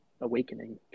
awakening